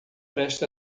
preste